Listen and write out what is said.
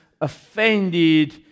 offended